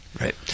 right